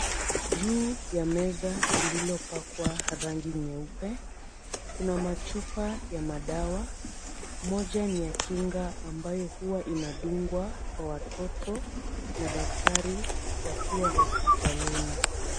Juu ya meza lililopakwa rangi nyeupe, kuna machupa ya madawa moja ni ya kinga ambayo huwa inadungwa kwa watoto na daktari wakiwa hospitalini.